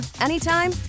anytime